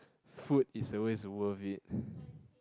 food is always worth it